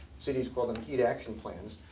cities call them heat action plans.